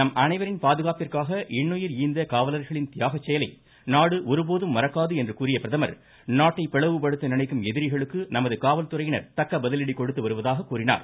நம் அனைவரின் பாதுகாப்பிற்காக இன்னுயிர் ஈந்த காவலர்களின் தியாகச் செயலை நாடு ஒருபோதும் மறக்காது என்று கூறிய பிரதமர் நாட்டை பிளவுபடுத்த நினைக்கும் எதிரிகளுக்கு நமது காவல்துறையினர் தக்க பதிலடி கொடுத்து வருவதாக கூறினார்